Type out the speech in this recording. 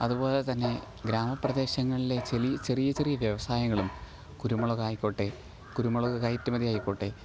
അതുപോലെതന്നെ ഗ്രാമപ്രദേശങ്ങളിലെ ചെലി ചെറിയ ചെറിയ വ്യവസായങ്ങളും കുരുമുളകായിക്കോട്ടേ കുരുമുളക് കയറ്റു മതി ആയിക്കോട്ടേ